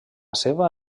seva